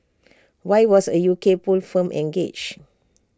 why was A U K poll firm engaged